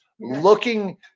looking